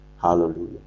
Hallelujah